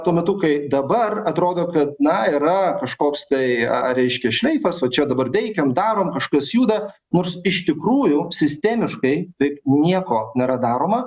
tuo metu kai dabar atrodo kad na yra kažkoks tai reiškia šleifas va čia dabar teikiam darom kažkas juda nors iš tikrųjų sistemiškai tai nieko nėra daroma